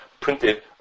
printed